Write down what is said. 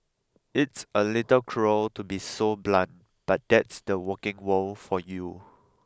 it's a little cruel to be so blunt but that's the working world for you